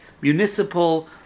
municipal